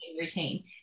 routine